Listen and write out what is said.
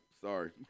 sorry